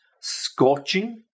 Scorching